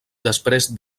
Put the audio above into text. després